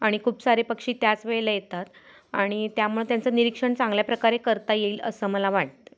आणि खूप सारे पक्षी त्याच वेळेला येतात आणि त्यामुळं त्यांचं निरीक्षण चांगल्या प्रकारे करता येईल असं मला वाट